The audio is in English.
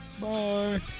Bye